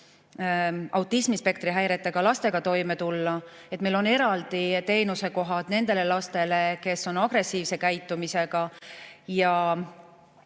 autismispektri häiretega lastega toime tulla, ja et meil on eraldi teenusekohad nendele lastele, kes on agressiivse käitumisega.